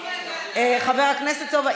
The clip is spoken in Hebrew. חבר הכנסת סובה,